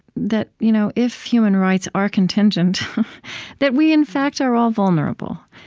that you know if human rights are contingent that we in fact are all vulnerable.